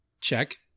check